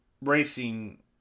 racing